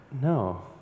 no